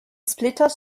splitter